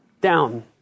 Down